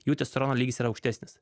jų testosterono lygis yra aukštesnis